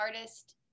artist